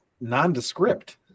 nondescript